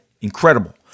Incredible